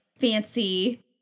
fancy